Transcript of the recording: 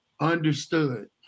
understood